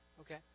Okay